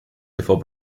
before